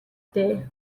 дээ